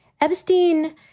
Epstein